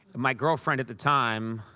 my girlfriend at the time,